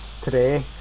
today